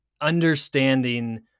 understanding